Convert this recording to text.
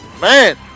man